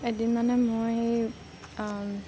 এদিন মানে মই